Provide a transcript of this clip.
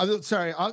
Sorry